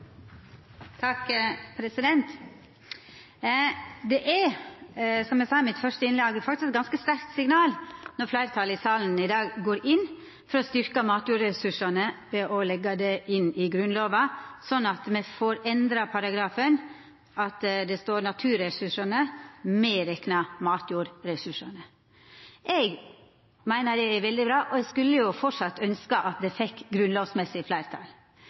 er, som eg sa i mitt første innlegg, faktisk eit ganske sterkt signal når fleirtalet i salen i dag går inn for å styrkja matjordressursane ved å leggja det inn i Grunnlova, sånn at me får endra paragrafen til at det står «Naturressursane, medrekna matjordressursane». Eg meiner det er veldig bra, og eg skulle framleis ønskja at det fekk grunnlovsmessig fleirtal.